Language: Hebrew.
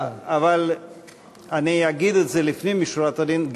אבל אני אגיד את זה לפנים משורת הדיון,